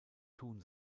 tun